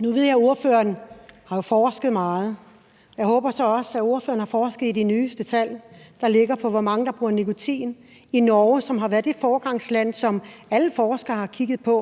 Nu ved jeg jo, at ordføreren har forsket meget, og jeg håber så også, at ordføreren har forsket i de nyeste tal, der ligger, for, hvor mange der bruger nikotin i Norge, som har været det foregangsland, alle forskere har kigget til